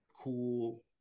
cool